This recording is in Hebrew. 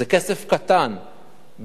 זה כסף קטן בדוח-טרכטנברג,